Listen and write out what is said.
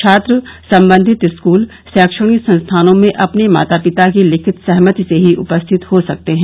छात्र सम्बन्धित स्कूल शैक्षणिक संस्थानों में अपने माता पिता की लिखित सहमति से ही उपस्थित हो सकते है